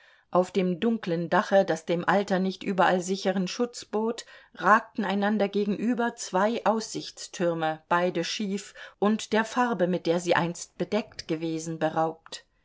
auf dem dunklen dache das dem alter nicht überall sicheren schutz bot ragten einander gegenüber zwei aussichtstürme beide schief und der farbe mit der sie einst bedeckt gewesen beraubt